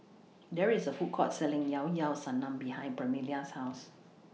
There IS A Food Court Selling Llao Llao Sanum behind Permelia's House